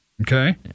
Okay